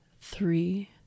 Three